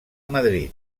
madrid